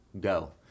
Go